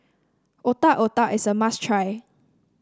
Otak Otak is a must try